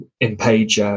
in-page